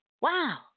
Wow